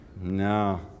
No